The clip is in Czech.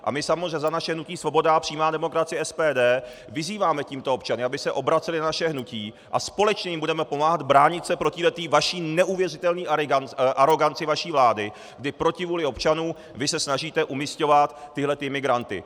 A my samozřejmě za naše hnutí Svoboda a přímá demokracie SPD vyzýváme tímto občany, aby se obraceli na naše hnutí, a společně jim budeme pomáhat bránit se proti vaší neuvěřitelné aroganci vaší vlády, kdy proti vůli občanů vy se snažíte umisťovat tyhlety migranty.